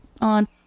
on